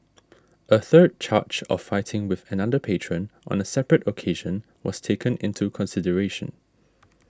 a third charge of fighting with another patron on a separate occasion was taken into consideration